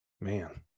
man